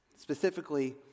Specifically